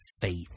faith